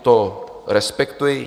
To respektuji.